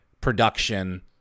production